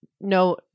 no